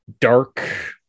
dark